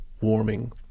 warming